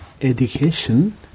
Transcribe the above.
education